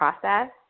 process